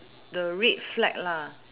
the red flag lah